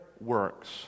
works